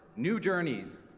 new journeys,